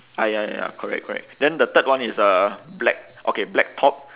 ah ya ya ya ya correct correct then the third one is a black okay black top